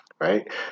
right